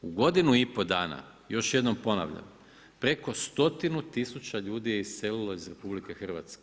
U godinu i pol dana još jednom ponavljam, preko stotinu tisuća ljudi je iselilo iz RH.